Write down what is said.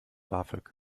bafög